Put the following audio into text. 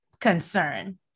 concern